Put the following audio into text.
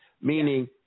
Meaning –